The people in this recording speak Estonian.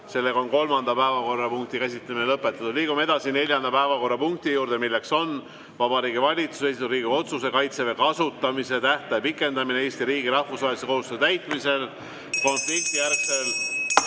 kell 10.05. Kolmanda päevakorrapunkti käsitlemine on lõpetatud. Liigume edasi neljanda päevakorrapunkti juurde, milleks on Vabariigi Valitsuse esitatud Riigikogu otsuse "Kaitseväe kasutamise tähtaja pikendamine Eesti riigi rahvusvaheliste kohustuste täitmisel konfliktijärgsel